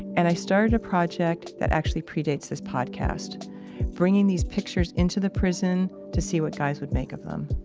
and i started a project that actually predates this podcast bringing these pictures into the prison to see what guys would make of them